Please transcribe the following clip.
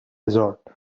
resort